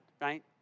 right